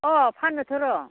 अह फानोथ' र'